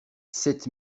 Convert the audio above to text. sept